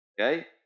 okay